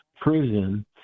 prison